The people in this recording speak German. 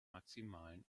maximalen